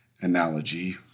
analogy